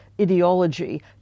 ideology